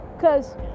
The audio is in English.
Cause